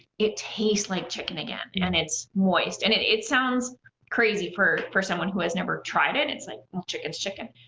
it tastes like chicken again, and it's moist, and it it sounds crazy for for someone who has never tried, it's like well chicken's chicken,